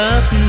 up